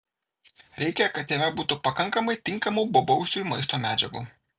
reikia kad jame būtų pakankamai tinkamų bobausiui maisto medžiagų